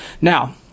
Now